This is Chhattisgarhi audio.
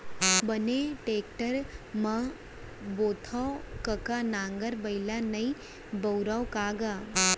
बने टेक्टर म बोथँव कका नांगर बइला नइ बउरस का गा?